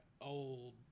old